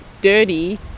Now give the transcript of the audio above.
dirty